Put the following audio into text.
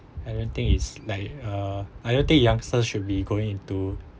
I don't think is like uh I don't think youngsters should be going into